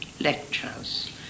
lectures